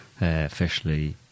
officially